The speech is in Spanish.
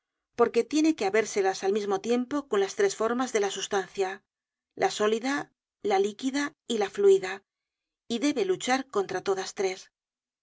porque tiene que habérselas al mismo tiempo con las tres formas de la sustancia la sólida la líquida y la fluida y debe luchar contra todas tres